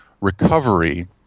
recovery